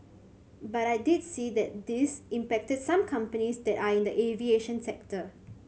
but I did see that this impacted some companies that are in the aviation sector